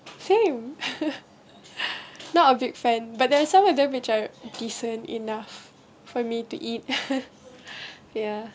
same not a big fan but there are some of them which are decent enough for me to eat ya